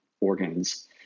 organs